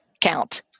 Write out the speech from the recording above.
count